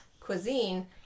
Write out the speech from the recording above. Cuisine